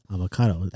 Avocado